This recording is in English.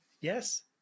Yes